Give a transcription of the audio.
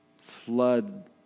flood